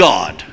God